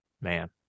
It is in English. man